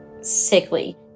sickly